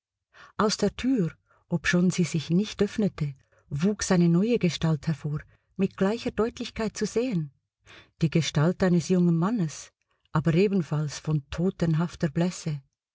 aus der tür obschon sie sich nicht öffnete wuchs eine neue gestalt hervor mit gleicher deutlichkeit zu sehen die gestalt eines jungen mannes aber ebenfalls von totenhafter blässe